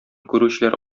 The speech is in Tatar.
күрүчеләр